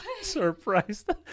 surprised